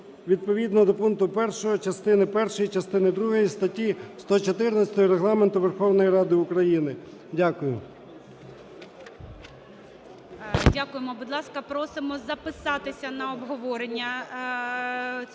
відповідно до пункту 1 частини першої, частини другої статті 114 Регламенту Верховної Ради України. Дякую.